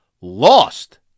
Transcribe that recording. lost